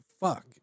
fuck